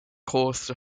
course